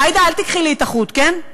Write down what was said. עאידה, אל תיקחי לי את החוט, כן?